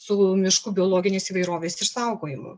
su miško biologinės įvairovės išsaugojimu